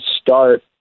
start